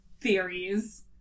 theories